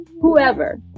whoever